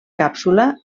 càpsula